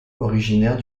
originaire